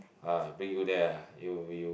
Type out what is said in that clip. ah bring you there ah you you